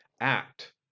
act